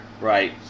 Right